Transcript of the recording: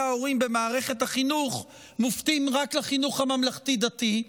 ההורים במערכת החינוך מופנים רק לחינוך הממלכתי-דתי?